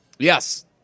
Yes